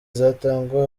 zitangwa